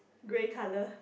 grey colour